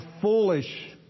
foolish